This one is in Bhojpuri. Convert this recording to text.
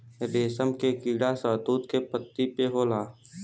रेशम के कीड़ा शहतूत के पत्ती पे होला